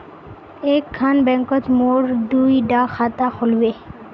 एक खान बैंकोत मोर दुई डा खाता खुल बे?